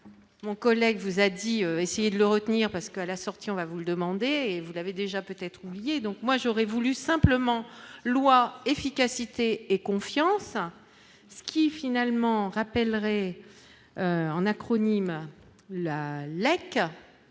mon collègue vous a dit, essayer de le retenir, parce que, à la sortie, on va vous le demandez et vous l'avez déjà peut-être oublié donc moi j'aurais voulu simplement loi efficacité et confiance à ceux qui finalement rappellerai en acronyme la Lake